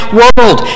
world